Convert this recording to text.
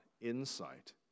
insight